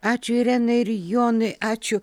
ačiū irenai ir jonui ačiū